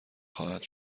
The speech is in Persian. خواهد